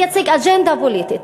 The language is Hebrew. היא תייצג אג'נדה פוליטית,